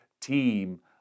team